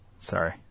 sorry